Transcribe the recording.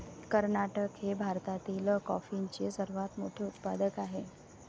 कर्नाटक हे भारतातील कॉफीचे सर्वात मोठे उत्पादक आहे